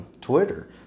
Twitter